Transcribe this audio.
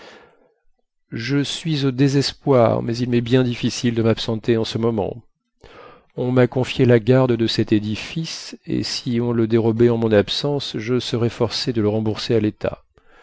jen suis au désespoir mais il mest bien difficile de mabsenter en ce moment on ma confié la garde de cet édifice et si on le dérobait en mon absence je serais forcé de le rembourser à létat